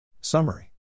Summary